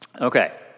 Okay